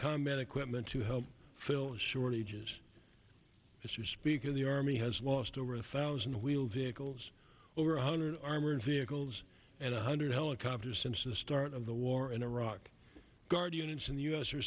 combat equipment to help fill shortages if you speak of the army has lost over a thousand wheeled vehicles over one hundred armored vehicles and one hundred helicopters since the start of the war in iraq guard units in the u s are